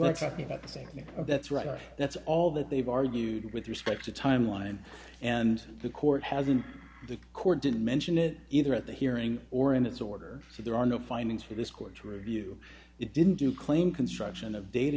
same thing that's right that's all that they've argued with respect to timeline and the court hasn't the court didn't mention it either at the hearing or in its order so there are no findings for this court to review it didn't do claim construction of data